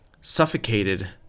suffocated